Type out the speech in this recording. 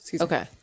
Okay